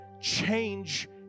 change